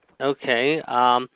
Okay